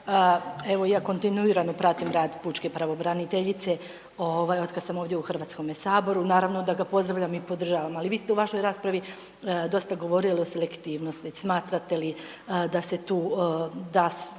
Evo, ja kontinuirano pratim rad pučke pravobraniteljice, otkad sam ovdje u HS-u, naravno da ga pozdravljam i podržavam. Ali, vi ste u vašoj raspravi dosta govorili o selektivnosti. Smatrate li da se tu da,